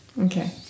okay